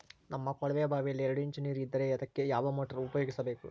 ನಮ್ಮ ಕೊಳವೆಬಾವಿಯಲ್ಲಿ ಎರಡು ಇಂಚು ನೇರು ಇದ್ದರೆ ಅದಕ್ಕೆ ಯಾವ ಮೋಟಾರ್ ಉಪಯೋಗಿಸಬೇಕು?